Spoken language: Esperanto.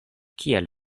kiel